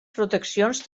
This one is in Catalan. proteccions